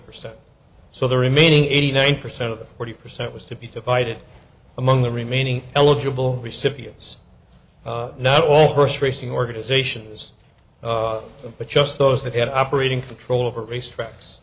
percent so the remaining eighty nine percent of the forty percent was to be divided among the remaining eligible recipients not all first racing organizations but just those that have operating control over racetracks